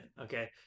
okay